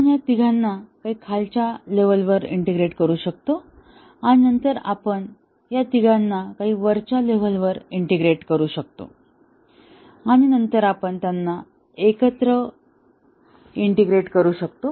आपण या तिघांना काही खालच्या लेव्हलवर इंटिग्रेट करू शकतो आणि नंतर आपण या तिघांना काही वरच्या लेव्हलवर इंटिग्रेट करू शकतो आणि नंतर आपण त्यांना एकत्र इंटिग्रेट करू शकतो